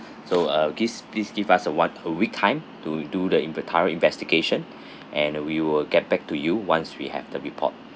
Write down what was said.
so uh please please give us a what a week time to do the inv~ the thorough investigation and we will get back to you once we have the report